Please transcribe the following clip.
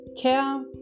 care